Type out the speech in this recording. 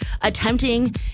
attempting